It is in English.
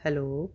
hello